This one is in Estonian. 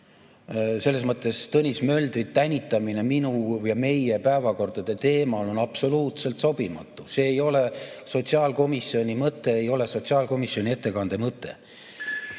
Selles mõttes Tõnis Möldri tänitamine minu ja meie päevakordade teemal on absoluutselt sobimatu. See ei ole sotsiaalkomisjoni mõte, see ei ole sotsiaalkomisjoni ettekande mõte.